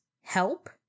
help